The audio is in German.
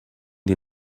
die